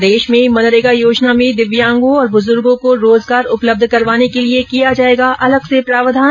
प्रदेश में मनरेगा योजना में दिव्यांगों और बुजुर्गो को रोजगार उपलब्ध करवाने के लिये किया जायेगा अलग से प्रावधान